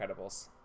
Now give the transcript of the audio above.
Incredibles